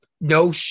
No